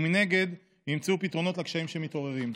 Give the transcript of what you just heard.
ומנגד ימצאו פתרונות לקשיים שמתעוררים.